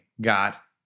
got